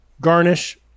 garnish